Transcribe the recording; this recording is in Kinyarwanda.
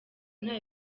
nta